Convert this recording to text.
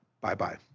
bye-bye